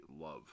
love